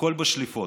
הכול בשליפות.